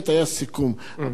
הבעיה היא לא רק תוכניות המיתאר,